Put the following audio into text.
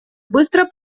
быстро